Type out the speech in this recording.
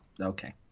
Okay